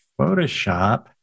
Photoshop